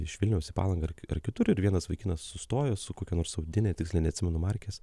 iš vilniaus į palangą ar ar kitur ir vienas vaikinas sustojo su kokia nors audine tiksliai neatsimenu markės